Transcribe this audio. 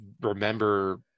remember